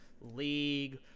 league